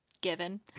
given